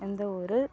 எந்த ஊர்